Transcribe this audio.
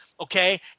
Okay